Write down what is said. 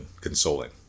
consoling